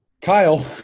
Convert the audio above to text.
Kyle